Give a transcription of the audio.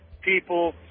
people